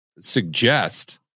suggest